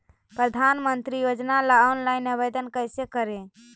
प्रधानमंत्री योजना ला ऑनलाइन आवेदन कैसे करे?